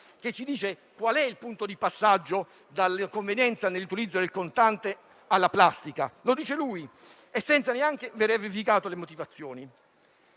fine ci dice qual è il punto di passaggio dalla convenienza nell'utilizzo del contante alla plastica. Lo dice lui e senza neanche aver verificato le motivazioni.